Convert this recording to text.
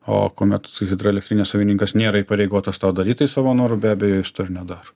o kuomet hidroelektrinės savininkas nėra įpareigotas to daryt tai savo noru be abejo jis to ir nedaro